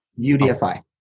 UDFI